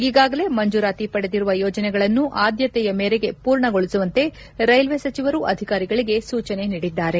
ಈಗಾಗಲೇ ಮಂಜೂರಾತಿ ಪಡೆದಿರುವ ಯೋಜನೆಗಳನ್ನು ಆದ್ಲತೆಯ ಮೇರೆಗೆ ಪೂರ್ಣಗೊಳಿಸುವಂತೆ ರೈಲ್ವೇ ಸಚಿವರು ಅಧಿಕಾರಿಗಳಿಗೆ ಸೂಚನೆ ನೀಡಿದರು